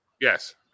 Yes